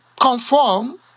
conform